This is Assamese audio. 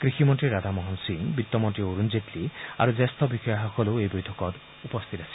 কৃষি মন্ত্ৰী ৰাধামোহন সিং বিত্ত মন্ত্ৰী অৰুণ জেটলী আৰু জ্যেষ্ঠ বিষয়াসকলো এই বৈঠকত উপস্থিত আছিল